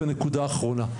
ונקודה אחרונה.